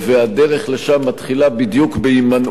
והדרך לשם מתחילה בדיוק בהימנעות